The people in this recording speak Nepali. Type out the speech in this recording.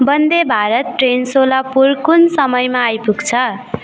वन्दे भारत ट्रेन सोलापुर कुन समयमा आइपुग्छ